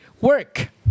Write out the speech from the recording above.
work